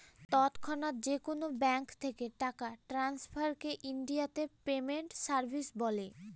তৎক্ষণাৎ যেকোনো ব্যাঙ্ক থেকে টাকা ট্রান্সফারকে ইনডিয়াতে পেমেন্ট সার্ভিস বলে